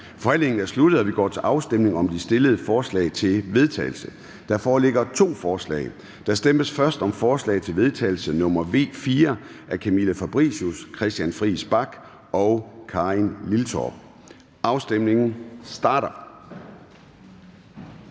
Forhandlingen er sluttet, og vi går til afstemning om de stillede forslag til vedtagelse. Der foreligger to forslag. Der stemmes først om forslag til vedtagelse nr. V 4 af Camilla Fabricius (S), Christian Friis Bach (V) og Karin Liltorp (M). Afstemningen starter.